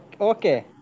Okay